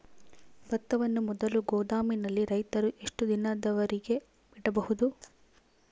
ಭತ್ತವನ್ನು ಮೊದಲು ಗೋದಾಮಿನಲ್ಲಿ ರೈತರು ಎಷ್ಟು ದಿನದವರೆಗೆ ಇಡಬಹುದು?